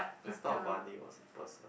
I thought a buddy was a person